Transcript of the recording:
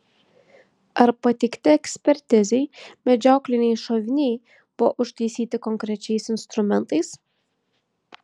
ar pateikti ekspertizei medžiokliniai šoviniai buvo užtaisyti konkrečiais instrumentais